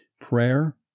Prayer